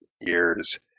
years